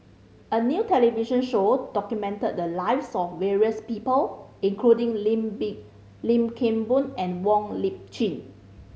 a new television show documented the lives of various people including Lim Kim Boon and Wong Lip Chin